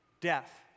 death